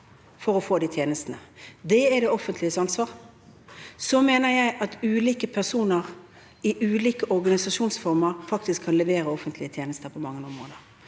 tilgang til tjenestene. Det er det offentliges ansvar. Så mener jeg at ulike personer i ulike organisasjonsformer faktisk kan levere offentlige tjenester på mange områder,